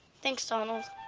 thanks, donald.